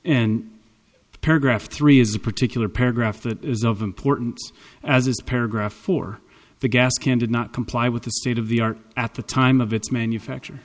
and paragraph three is a particular paragraph that is of importance as is paragraph four the gas can did not comply with the state of the art at the time of its manufacture